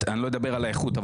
אני לא אדבר על האיכות,